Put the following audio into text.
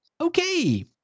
Okay